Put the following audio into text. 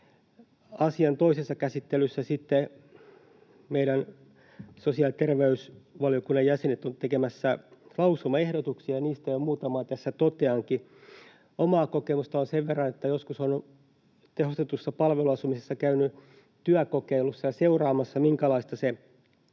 Asian toisessa käsittelyssä sitten meidän sosiaali‑ ja terveysvaliokunnan jäsenet ovat tekemässä lausumaehdotuksia, ja niistä jo muutamaan tässä toteankin. Omaa kokemusta on sen verran, että olen joskus tehostetussa palveluasumisessa käynyt työkokeilussa ja seuraamassa, minkälaista se